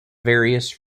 various